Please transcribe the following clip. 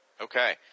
Okay